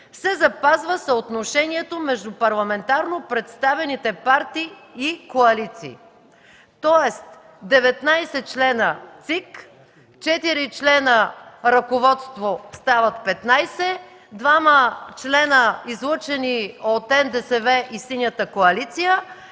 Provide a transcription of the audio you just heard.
се запазва съотношението между парламентарно представените партии и коалиции.” Тоест 19 членове ЦИК, 4 членове ръководство, стават 15, двама членове, излъчени от НДСВ и „Синята коалиция”.